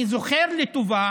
אני זוכר לטובה